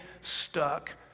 stuck